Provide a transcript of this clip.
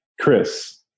Chris